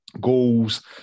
goals